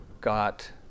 got